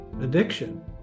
addiction